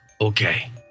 Okay